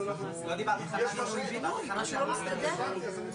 ואז צריך לשלוח עוד מישהו שיבדוק את החשמל,